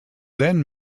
then